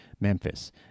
Memphis